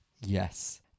Yes